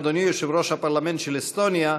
אדוני יושב-ראש הפרלמנט של אסטוניה,